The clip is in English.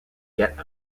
get